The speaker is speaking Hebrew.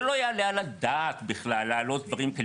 זה לא יעלה על הדעת בכלל לעלות דברים כאלה.